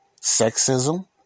sexism